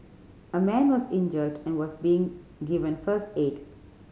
a man was injured and was being given first aid